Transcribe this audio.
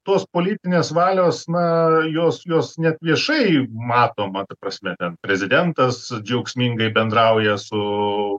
tos politinės valios na jos jos net viešai matomą ta prasme ten prezidentas džiaugsmingai bendrauja su